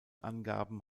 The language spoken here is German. angaben